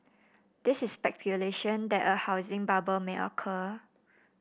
this is speculation that a housing bubble may occur